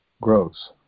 grows